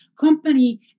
company